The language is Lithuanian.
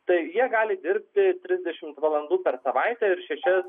tai jie gali dirbti trisdešimt valandų per savaitę ir šešias